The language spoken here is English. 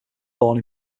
born